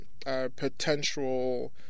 potential